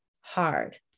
hard